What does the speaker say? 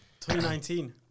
2019